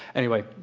anyway.